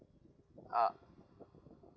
uh